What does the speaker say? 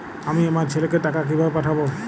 আমি আমার ছেলেকে টাকা কিভাবে পাঠাব?